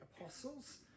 apostles